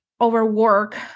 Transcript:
overwork